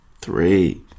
Three